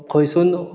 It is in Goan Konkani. खंयसून